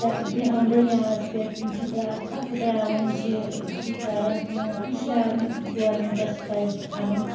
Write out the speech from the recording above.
بیٚہوان دٔریاوَس پیٚٹھ یم چھِ تراوان تھۄکہٕ تراوان یم چھِ یہِ کَران کٲم پِشاب گورمنٹَس پَزِ تھاوُن